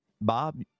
Bob